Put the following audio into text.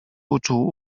uczuł